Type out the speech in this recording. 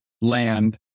land